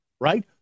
right